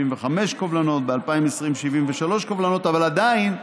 75 קובלנות, ב-2020, 73 קובלנות, אבל עדיין,